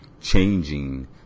changing